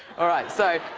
all right. so,